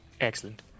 Excellent